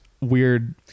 weird